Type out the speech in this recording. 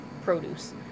produce